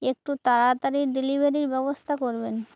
একটু তাড়াতাড়ি ডেলিভারির ব্যবস্থা করবেন